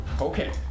Okay